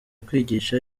kwigisha